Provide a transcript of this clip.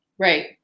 Right